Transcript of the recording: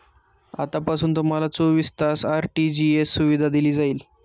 आतापासून तुम्हाला चोवीस तास आर.टी.जी.एस सुविधा दिली जाईल